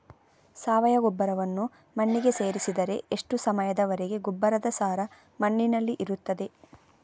ಸಾವಯವ ಗೊಬ್ಬರವನ್ನು ಮಣ್ಣಿಗೆ ಸೇರಿಸಿದರೆ ಎಷ್ಟು ಸಮಯದ ವರೆಗೆ ಗೊಬ್ಬರದ ಸಾರ ಮಣ್ಣಿನಲ್ಲಿ ಇರುತ್ತದೆ?